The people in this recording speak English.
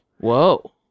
Whoa